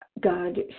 god